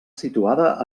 situada